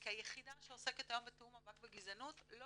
כי היחידה שעוסקת היום בתיאום המאבק בגזענות לא